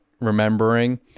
remembering